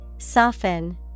Soften